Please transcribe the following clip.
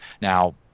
Now